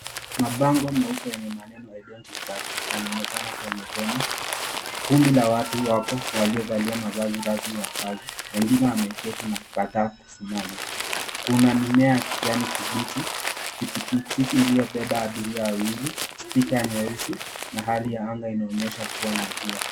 Mabango meupe yenye maneno yanaonekana kwenye hema. Kundi la watu wapo waliovalia mavazi rasmi ya kazi wengine wameketi na hata kusimama. Kuna mimea ya kijani kibichi. Pikipiki iliyobeba abiria wawili, spika nyeusi na hali ya anga inaonyesha kuwa na jua.